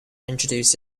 introduced